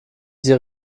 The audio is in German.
sie